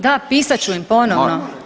Da, pisat ću im ponovno.